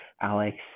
Alex